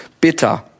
bitter